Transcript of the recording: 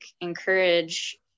encourage